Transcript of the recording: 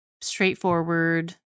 straightforward